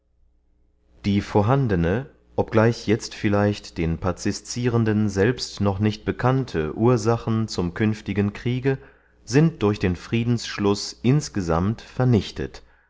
die vorhandene obgleich jetzt vielleicht den paciscirenden selbst noch nicht bekannte ursachen zum künftigen kriege sind durch den friedensschluß insgesammt vernichtet